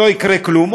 לא יקרה כלום,